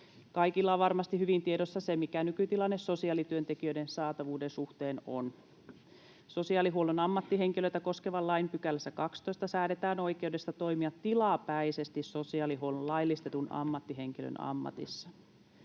Kaikilla on varmasti hyvin tiedossa, mikä nykytilanne sosiaalityöntekijöiden saatavuuden suhteen on. Sosiaalihuollon ammattihenkilöitä koskevan lain 12 §:ssä säädetään oikeudesta toimia tilapäisesti sosiaalihuollon laillistetun ammattihenkilön ammatissa.